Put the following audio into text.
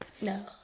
No